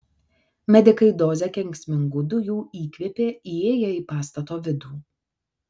medikai dozę kenksmingų dujų įkvėpė įėję į pastato vidų